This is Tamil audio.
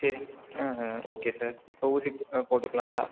சரி ஆ ஆ ஓகே சார் இப்போ ஊசி போட்டுக்கலாங்களா